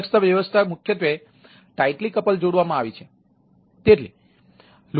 તેથી તેઓ tightly couple નથી